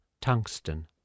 Tungsten